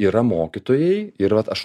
yra mokytojai ir vat aš